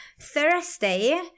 Thursday